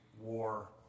war